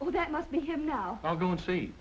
well that must be him now i'll go and see